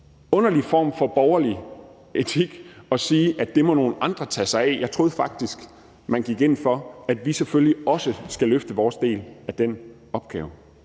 underlig form for borgerlige etik at sige, at det må nogle andre tage sig af. Jeg troede faktisk, man gik ind for, at vi selvfølgelig også skal løfte vores del af den opgave.